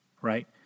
right